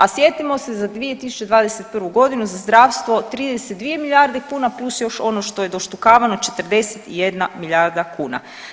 A sjetimo se za 2021. godinu za zdravstvo 32 milijarde kuna plus još ono što je doštukavano 41 milijarda kuna.